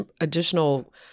additional